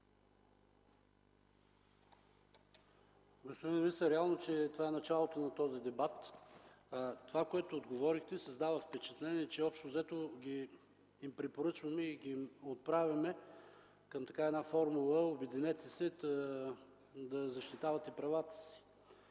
Господин министър, реално това е началото на този дебат. Това, което отговорихте, създава впечатление, че общо взето препоръчваме и отправяме производителите към една формула: обединете се, за да защитавате правата си,